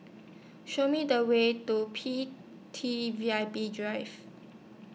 Show Me The Way to P T V I P Drive